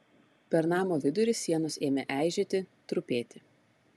per namo vidurį sienos ėmė eižėti trupėti